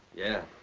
yeah.